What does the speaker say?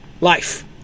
Life